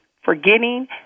forgetting